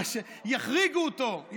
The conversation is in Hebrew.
תראה שיחריגו אותו,